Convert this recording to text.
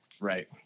Right